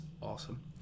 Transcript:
awesome